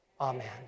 amen